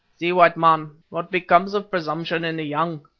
see, white man, what becomes of presumption in the young.